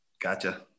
Gotcha